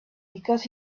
because